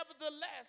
nevertheless